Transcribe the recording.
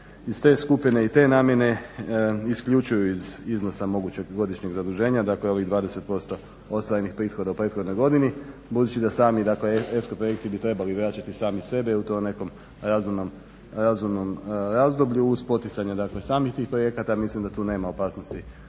iz te skupine i te namjene isključuju iz iznosa mogućeg godišnjeg zaduženja, dakle ovih 20% ostvarenih prihoda u prethodnoj godini. Budući da sami, dakle …/Govornik se ne razumije./… projekti bi trebali vraćati sami sebe jer u tom nekom razumnom razdoblju uz poticanje dakle samih tih projekata. Mislim da tu nema opasnosti